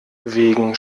wegen